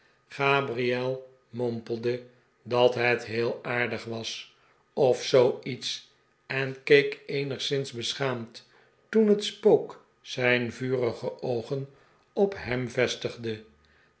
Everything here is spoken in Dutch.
gabriel mompelde dat het heel aardig was of zoo iets en keek eenigszins beschaamd toen het spook zijn vurige oogen op hem vestigde